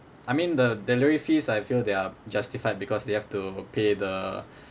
I mean the delivery fees I feel they are justified because they have to pay the